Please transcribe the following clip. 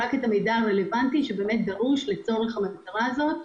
רק במידע הרלוונטי שדרוש לצורך המטרה הזאת.